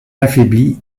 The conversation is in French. affaibli